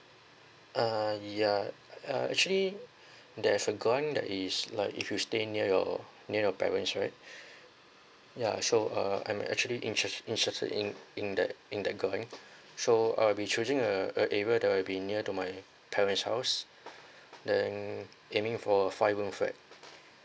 uh ya uh actually there's a going like is like if you stay near your near your parents right ya so uh I'm actually in search in search in in that in that going so I will be choosing a a area that will be near to my parents' house then aiming for a five room flat